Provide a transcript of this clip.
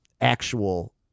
actual